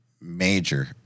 major